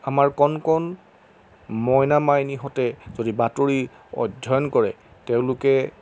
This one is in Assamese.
আমাৰ কণ কণ মইনা মাইনিহঁতে যদি বাতৰি অধ্যয়ন কৰে তেওঁলোকে